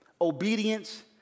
obedience